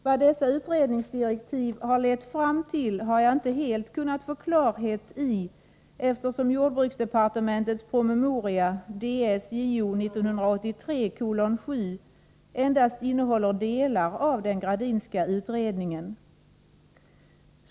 Vad dessa utredningsdirektiv lett fram till har jag inte helt kunnat få klarhet i eftersom jordbruksdepartementets promemoria DS Jo 1983:7 endast innehåller delar av den Gradinska utredningen.